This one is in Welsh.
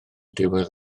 diwedd